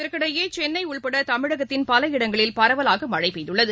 இதற்கிடையேசென்ளைபட்படதமிழகத்தின் பல இடங்களில் பரவலாகமழைபெய்துள்ளது